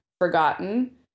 forgotten